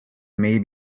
may